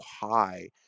high